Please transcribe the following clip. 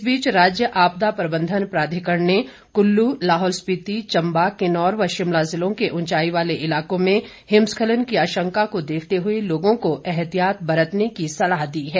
इस बीच राज्य आपदा प्रबंधन प्राधिकरण ने कुल्लू लाहौल स्पिति चंबा किन्नौर व शिमला जिलों के उंचाई वाले इलाकोंमें हिमस्खलन की आशंका को देखते हुए लोगों को एहतिआत बरतने की सलाह दी है